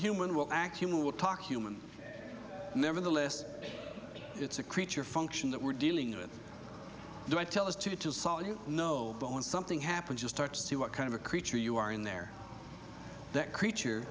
human will act human will talk human nevertheless it's a creature function that we're dealing with the i tell us to to solve you know when something happens you start to see what kind of a creature you are in there that creature